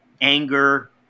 anger